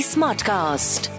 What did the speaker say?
Smartcast